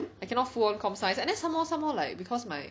I cannot full on com science and then some more some more like cause my